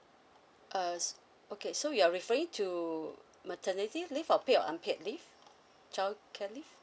err okay so you're referring to maternity leave or pay or unpaid leave childcare leave